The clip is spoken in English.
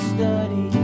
Study